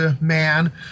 man